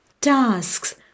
tasks